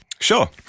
Sure